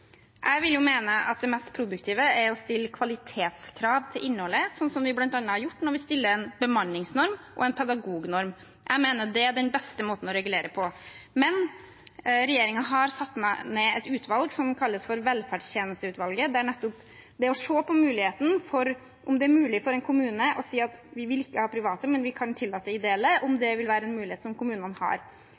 Jeg vil mene at det mest produktive er å stille kvalitetskrav til innholdet, sånn som vi bl.a. har gjort med bemanningsnorm og pedagognorm. Jeg mener det er den beste måten å regulere på. Regjeringen har satt ned et utvalg som kalles for velferdstjenesteutvalget, nettopp for å se på muligheten for en kommune til å si at de vil ikke ha private, men de kan tillate ideelle – om det vil være en mulighet som kommunene har.